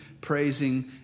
praising